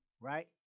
right